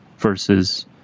versus